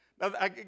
Now